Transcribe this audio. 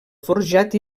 forjat